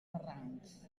barrancs